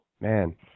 Man